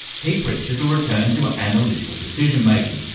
he preaches a return to ah analytical decision making,